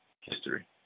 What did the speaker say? history